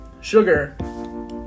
Sugar